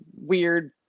weird